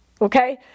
Okay